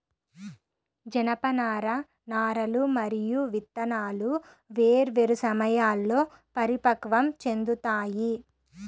జనపనార నారలు మరియు విత్తనాలు వేర్వేరు సమయాల్లో పరిపక్వం చెందుతాయి